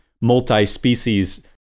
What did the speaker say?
multi-species